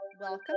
Welcome